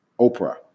Oprah